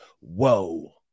whoa